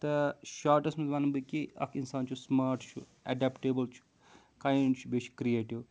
تہٕ شاٹَس منٛز وَنہٕ بہٕ کہِ اَکھ اِنسان چھُ سٕماٹ چھُ اَؠڈیپٹیبٕل چھُ کایِنٛڈ چھُ بیٚیہِ چھُ کِرٛیٹِو